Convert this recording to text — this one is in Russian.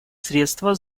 средства